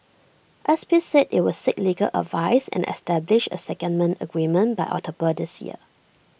S P said IT would seek legal advice and establish A secondment agreement by October this year